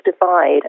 divide